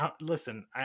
listen